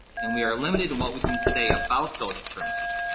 and we are limited in what we can say about those permits.